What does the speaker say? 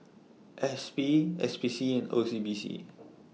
S P S P C and O C B C